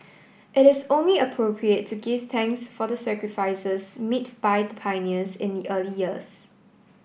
it is only appropriate to give thanks for the sacrifices made by the pioneers in the early years